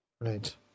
Right